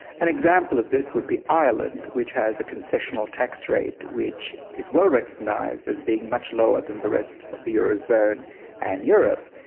an example of this would be ireland which has a concessional tax rate which is well recognised as being much lower than the rest of the eurozone and europe,